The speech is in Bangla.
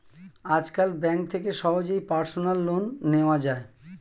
আজকাল ব্যাঙ্ক থেকে সহজেই পার্সোনাল লোন নেওয়া যায়